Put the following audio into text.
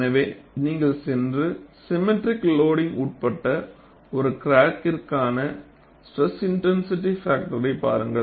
எனவே நீங்கள் சென்று சிம்மட்ரிக் லோடிங் உட்பட்ட ஒரு கிராக்ற்கான ஸ்ட்ரெஸ் இன்டென்சிட்டி ஃபாக்டரை பாருங்கள்